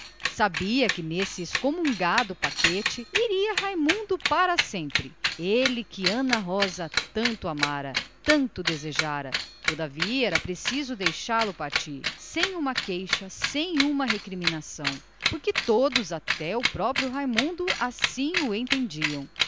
sabia que nele se iria raimundo para sempre raimundo que ela tanto amara e tanto desejara todavia era preciso deixá-lo partir sem uma queixa sem uma recriminação porque todos até o próprio ingrato assim o entendiam